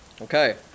Okay